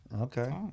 Okay